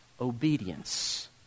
Obedience